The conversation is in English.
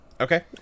Okay